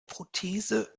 prothese